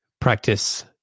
practice